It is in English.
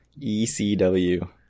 ECW